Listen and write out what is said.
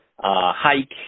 hike